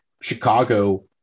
Chicago